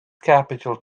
capital